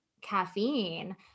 caffeine